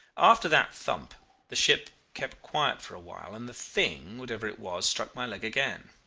after that thump the ship kept quiet for a while, and the thing, whatever it was, struck my leg again.